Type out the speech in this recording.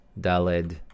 daled